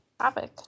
topic